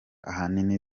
ahanini